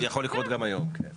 זה יכול לקרות גם היום, כן.